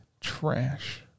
Trash